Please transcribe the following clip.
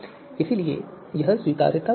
इसलिए यह स्वीकार्यता शर्त है